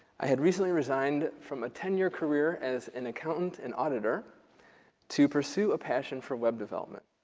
i had recently resigned from a ten year career as an accountant and auditor to pursue a passion for web development.